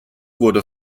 wurde